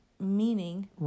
Meaning